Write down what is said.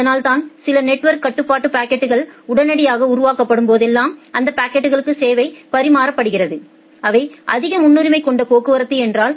அதனால்தான் சில நெட்வொர்க் கட்டுப்பாட்டு பாக்கெட்கள் உடனடியாக உருவாக்கப்படும் போதெல்லாம் அந்த பாக்கெட்களுக்கு சேவை பரிமாறப்படுகிறது அவை அதிக முன்னுரிமை கொண்ட போக்குவரத்து என்றால்